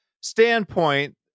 standpoint